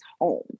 home